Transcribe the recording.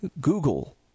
Google